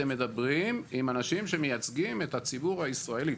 אתם מדברים עם אנשים שמייצגים את הציבור הישראלי.